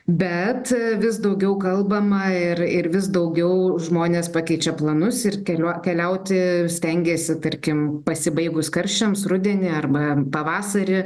bet vis daugiau kalbama ir ir vis daugiau žmonės pakeičia planus ir keliu keliauti stengiasi tarkim pasibaigus karščiams rudenį arba pavasarį